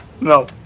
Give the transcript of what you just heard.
No